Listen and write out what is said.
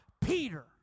Peter